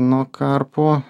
nuo karpų